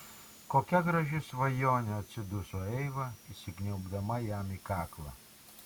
kokia graži svajonė atsiduso eiva įsikniaubdama jam į kaklą